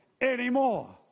anymore